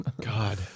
God